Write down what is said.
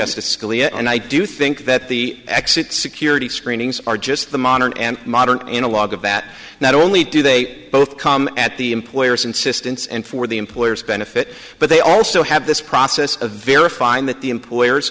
scalia and i do think that the exit security screenings are just the modern and modern analogue of that not only do they both come at the employer's insistence and for the employer's benefit but they also have this process of verifying that the employers